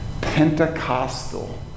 Pentecostal